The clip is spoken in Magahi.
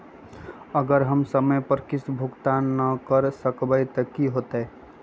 अगर हम समय पर किस्त भुकतान न कर सकवै त की होतै?